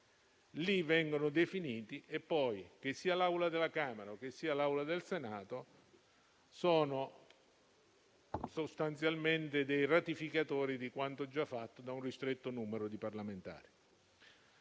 lì vengono definiti e poi l'Assemblea della Camera e quella del Senato sono sostanzialmente dei ratificatori di quanto già fatto da un ristretto numero di parlamentari.